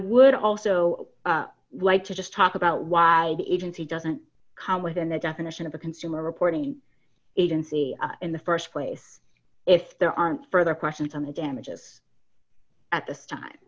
would also like to just talk about why the agency doesn't come within the definition of a consumer reporting agency in the st place if there are further questions on the damages at this time